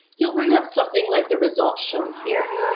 you'll bring up something like the results shown here.